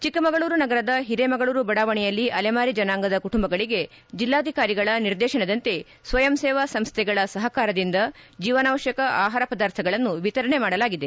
ಚಿಕ್ಕಮಗಳೂರು ನಗರದ ಹಿರೇಮಗಳೂರು ಬಡಾವಣೆಯಲ್ಲಿ ಅಲೆಮಾರಿ ಜನಾಂಗದ ಕುಟುಂಬಗಳಿಗೆ ಜಿಲ್ಲಾಧಿಕಾರಿಗಳ ನಿರ್ದೇಶನದಂತೆ ಸ್ತಯಂ ಸೇವಾ ಸಂಸ್ಲೆಗಳ ಸಹಕಾರದಿಂದ ಜೀವನಾವಶ್ಯಕ ಆಹಾರ ಪದಾರ್ಥಗಳನ್ನು ವಿತರಣೆ ಮಾಡಲಾಗಿದೆ